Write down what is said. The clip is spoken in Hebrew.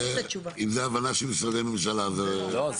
אם זו ההבנה של משרדי הממשלה, אז --- לא.